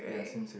yeah a swimsuit